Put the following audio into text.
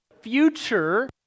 future